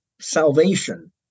salvation